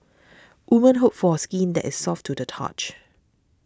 women hope for skin that is soft to the touch